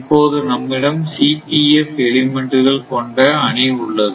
இப்போது நம்மிடம் Cpf எலமென்ட்கள் கொண்ட அணி உள்ளது